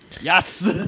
Yes